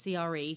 CRE